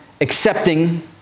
accepting